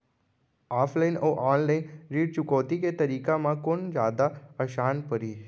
Offline अऊ online ऋण चुकौती के तरीका म कोन जादा आसान परही?